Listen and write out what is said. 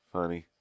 Funny